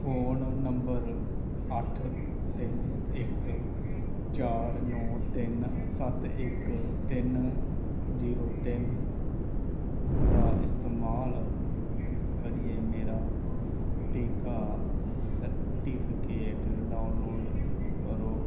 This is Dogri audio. फोन नंबर अट्ठ तिन्न इक चार नौ तिन्न सत्त इक तिन्न जीरो तिन्न दा इस्तेमाल करियै मेरा टीका सर्टिफिकेट डाउनलोड करो